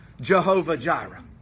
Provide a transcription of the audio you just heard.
Jehovah-Jireh